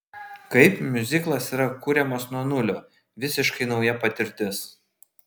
kaip miuziklas yra kuriamas nuo nulio visiškai nauja patirtis